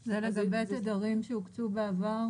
נכון זה לגבי תדרים שהוקצו בעבר